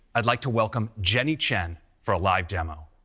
i'd like to welcome jenny chen for a live demo.